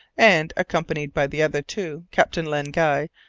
and, accompanied by the other two, captain len guy,